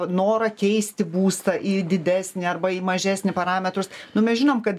norą keisti būstą į didesnę arba į mažesnį parametrus nu mes žinom kad